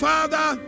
Father